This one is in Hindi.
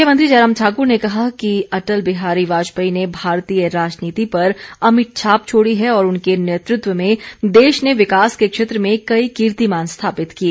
मुख्यमंत्री जयराम ठाकर ने कहा है कि अटल बिहारी वाजपेयी ने भारतीय राजनीति पर अमिट छाप छोड़ी है और उनके नेतृत्व में देश ने विकास के क्षेत्र में कई कीर्तिमान स्थापित किए